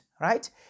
right